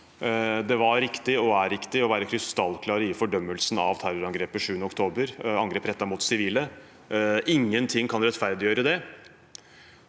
Det var riktig og er riktig å være krystallklare i fordømmelsen av terrorangrepet 7. oktober – angrep rettet mot sivile. Ingenting kan rettferdiggjøre det.